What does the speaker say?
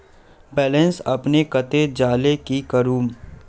Balance अपने कते जाले की करूम?